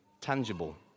tangible